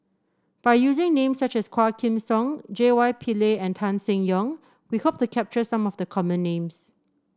by using names such as Quah Kim Song J Y Pillay and Tan Seng Yong we hope to capture some of the common names